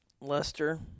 Lester